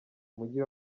umujyi